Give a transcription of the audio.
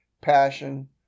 passion